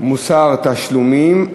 מוסר תשלומים),